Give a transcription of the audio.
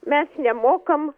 mes nemokam